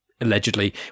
allegedly